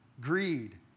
greed